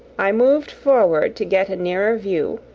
i moved forward to get a nearer view,